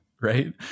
right